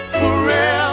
forever